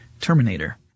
Terminator